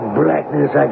blackness